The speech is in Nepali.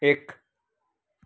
एक